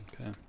Okay